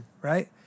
right